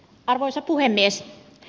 arvoisa puhemies